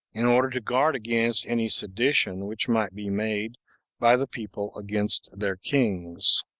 in order to guard against any sedition which might be made by the people against their kings.